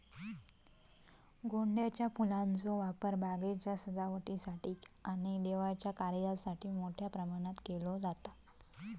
गोंड्याच्या फुलांचो वापर बागेच्या सजावटीसाठी आणि देवाच्या कार्यासाठी मोठ्या प्रमाणावर केलो जाता